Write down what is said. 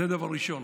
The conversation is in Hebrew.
זה דבר ראשון.